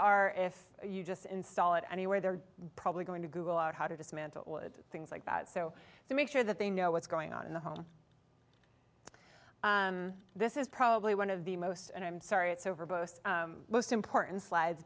are if you just install it anywhere they're probably going to google out how to dismantle things like that so they make sure that they know what's going on in the home this is probably one of the most and i'm sorry it's over most important slides